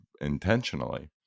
intentionally